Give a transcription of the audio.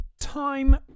time